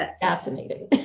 Fascinating